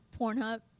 Pornhub